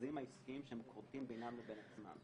בחוזים העסקיים שהם כורתים בינם לבין עצמם.